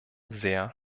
sehr